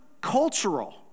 cultural